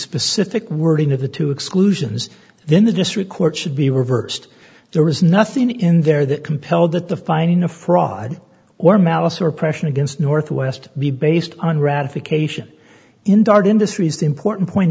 specific wording of the two exclusions then the district court should be reversed there is nothing in there that compelled that the finding of fraud or malice or oppression against northwest be based on ratification in dart industries the important point